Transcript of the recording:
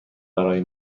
برای